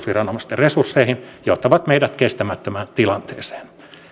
resursseihin johtavat meidät kestämättömään tilanteeseen